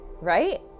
Right